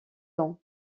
ans